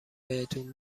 بهتون